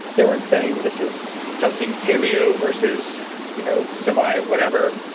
they weren't saying this is testing paleo versus you know semi whatever.